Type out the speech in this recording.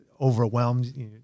overwhelmed